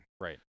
right